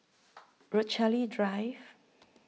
Rochalie Drive